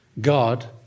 God